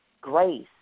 grace